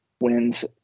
wins